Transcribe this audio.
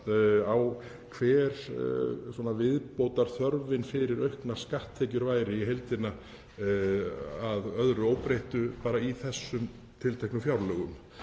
á hver viðbótarþörfin fyrir auknar skatttekjur væri í heildina að öðru óbreyttu bara í þessum tilteknu fjárlögum.